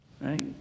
Right